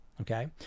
okay